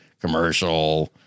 Commercial